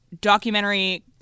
documentary